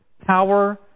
power